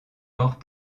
morts